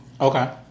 okay